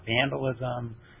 vandalism